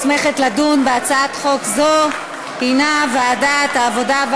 המוסמכת לדון בהצעת חוק זו היא ועדת העבודה,